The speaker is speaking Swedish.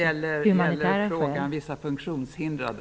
Frågan gäller vissa funktionshindrade.